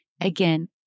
Again